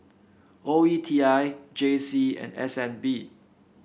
O E T I J C and S N B